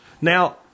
Now